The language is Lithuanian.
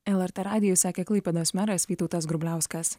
lrt radijui sakė klaipėdos meras vytautas grubliauskas